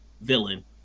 villain